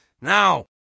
Now